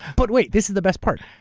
but wait, this is the best part.